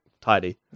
tidy